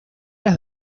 las